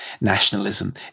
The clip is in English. nationalism